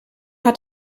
hat